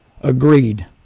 agreed